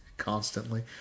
constantly